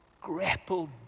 grappled